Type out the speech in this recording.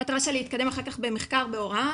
המטרה שלי היא להתקדם אחר כך במחקר והוראה,